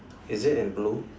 is it in blue